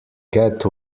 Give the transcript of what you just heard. get